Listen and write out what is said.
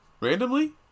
randomly